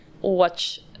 watch